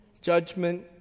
judgment